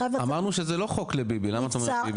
אמרנו שזה לא חוק לביבי, למה את אומרת ביבי?